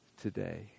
today